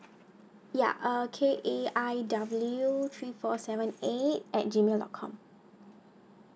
ya uh K A I W three four seven eight at G mail dot com